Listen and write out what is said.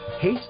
hate